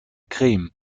creme